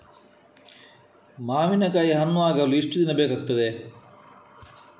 ಮಾವಿನಕಾಯಿ ಹಣ್ಣು ಆಗಲು ಎಷ್ಟು ದಿನ ಬೇಕಗ್ತಾದೆ?